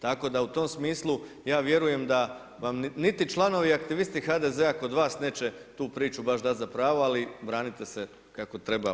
Tako da u tom smislu ja vjerujem da niti članovi i aktivisti HDZ-a kod vas neće tu priču baš dat za pravo, ali branite se kako treba.